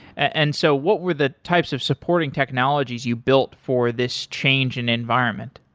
and so what were the types of supporting technologies you built for this change in environment?